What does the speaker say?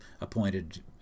appointed